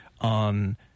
on